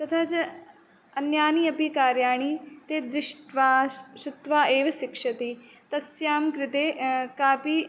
तथा च अन्यानि अपि कार्याणि ते दृष्ट्वा श् श्रुत्वा एव शिक्षति तस्यां कृते कापि